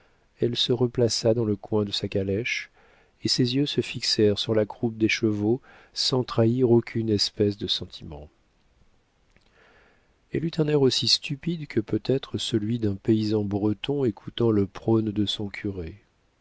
elle se replaça dans le coin de la calèche et ses yeux se fixèrent sur la croupe des chevaux sans trahir aucune espèce de sentiment elle eut un air aussi stupide que peut l'être celui d'un paysan breton écoutant le prône de son curé